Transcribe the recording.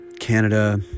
canada